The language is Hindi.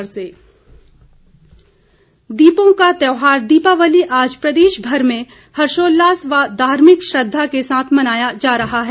दीपावली दीपों का त्यौहार दीपावली आज प्रदेशभर में हर्षोल्लास व धार्मिक श्रद्धा के साथ मनाया जा रहा है